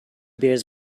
bears